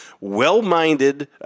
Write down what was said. well-minded